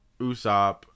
Usopp